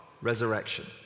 resurrection